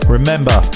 Remember